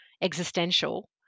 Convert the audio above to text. existential